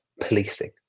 policing